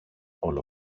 όλο